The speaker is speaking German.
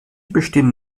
bestehen